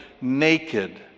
naked